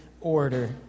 order